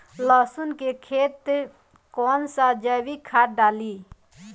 लहसुन के खेत कौन सा जैविक खाद डाली?